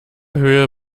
höhe